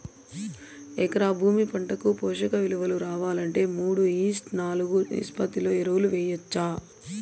ఎకరా భూమి పంటకు పోషక విలువలు రావాలంటే మూడు ఈష్ట్ నాలుగు నిష్పత్తిలో ఎరువులు వేయచ్చా?